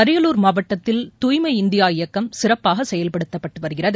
அரியலூர் மாவட்டத்தில் தூய்மை இந்தியா இயக்கம் சிறப்பாகசெயல்படுத்தப்பட்டுவருகிறது